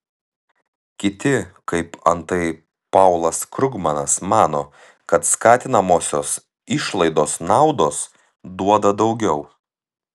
kiti kaip antai paulas krugmanas mano kad skatinamosios išlaidos naudos duoda daugiau